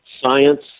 Science